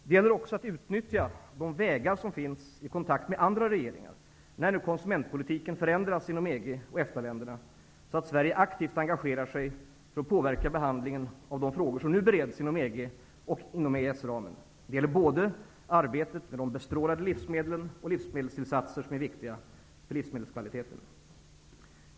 Det gäller också att utnyttja de vägar som finns i kontakt med andra regeringar när nu konsumentpolitiken förändras inom EG och EFTA-länderna så att Sverige aktivt engagerar sig för att påverka behandlingen av de frågor som nu bereds inom EG och inom EES-ramen. Det gäller både arbetet med de bestrålade livsmedlen och livsmedelstillsatser som är viktiga för livsmedelskvaliteten.